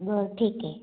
हो ठीक आहे